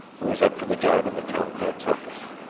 who was up for the job in the town clerk's office.